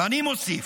ואני מוסיף: